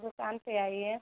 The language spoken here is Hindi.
दुकान पर आइए